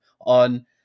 on